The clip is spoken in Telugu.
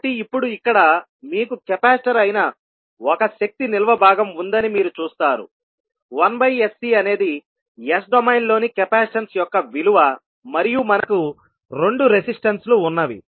కాబట్టి ఇప్పుడు ఇక్కడ మీకు కెపాసిటర్ అయిన ఒక శక్తి నిల్వ భాగం ఉందని మీరు చూస్తారు1sC అనేది S డొమైన్లోని కెపాసిటెన్స్ యొక్క రూపాంతరం మరియు మనకు రెండు రెసిస్టెన్స్ లు ఉన్నవి